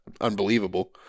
unbelievable